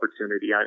opportunity